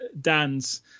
Dan's